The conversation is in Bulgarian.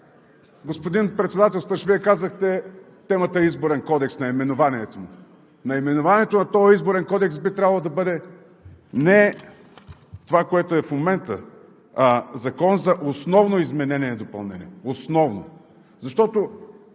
Господин Председателстващ, Вие казахте – темата е „Изборен кодекс“ – наименованието му. Наименованието на този Изборен кодекс би трябвало да бъде не това, което е в момента, а „Закон за основно изменение и допълнение“. Основно! Защото